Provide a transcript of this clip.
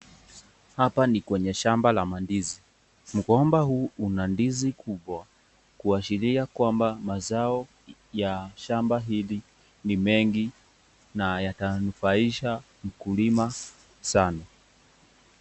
Hapa ni kwenye shamba la mandizi. Mgomba huu una ndizi kubwa kuashiria kwamba mazao ya shamba hili ni mengi na yatanufaisha mkulima sana.